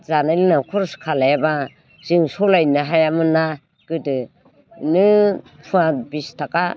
जानाय लोंनायाव खर'स खालायाबा जों सलायनोनो हायामोनना गोदो बिनो फवा बिस थाखा